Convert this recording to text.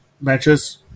matches